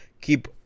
Keep